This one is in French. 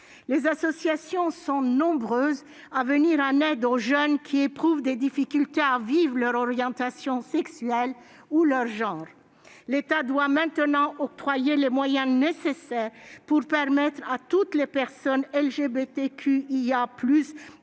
Les associations sont nombreuses à venir en aide aux jeunes qui éprouvent des difficultés à vivre leur orientation sexuelle ou leur genre. L'État doit maintenant octroyer les moyens nécessaires pour permettre à toutes les personnes LGBTQIA+